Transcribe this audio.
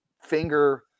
finger